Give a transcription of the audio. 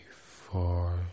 four